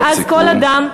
ואז כל אדם,